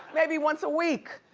maybe once a week.